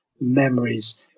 memories